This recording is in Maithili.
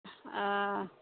ओ